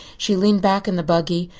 she leaned back in the buggy,